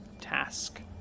task